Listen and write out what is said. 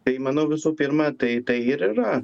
tai manau visų pirma tai tai ir yra